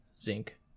zinc